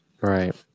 Right